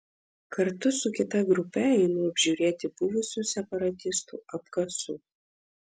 kartu su kita grupe einu apžiūrėti buvusių separatistų apkasų